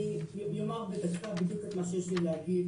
אני אומר בדקה בדיוק את מה שיש לי להגיד,